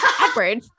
edward